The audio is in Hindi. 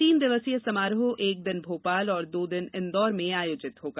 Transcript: तीन दिवसीय समारोह एक दिन भोपाल और दो दिन इंदौर में आयोजित होगा